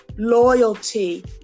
loyalty